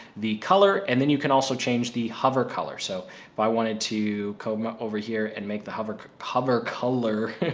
the color, and then you can also change the hover color. so if i wanted to come ah over here and make the hover hover color,